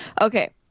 Okay